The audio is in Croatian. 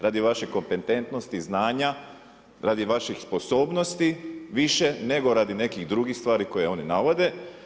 Radi vaše kompetentnosti, znanja, radi vaših sposobnosti više nego radi nekih drugih stvari koje oni navode.